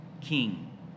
King